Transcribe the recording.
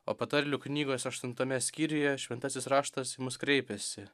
o patarlių knygos aštuntame skyriuje šventasis raštas į mus kreipiasi